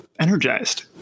energized